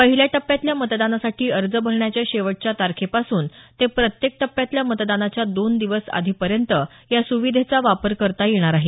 पहिल्या टप्प्यातल्या मतदानासाठी अर्ज भरण्याच्या शेवटच्या तारखेपासून ते प्रत्येक टप्प्यातल्या मतदानाच्या दोन दिवस आधीपर्यंत या सुविधेचा वापर करता येणार आहे